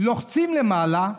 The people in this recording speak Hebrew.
לוחצים למעלה,